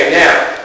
now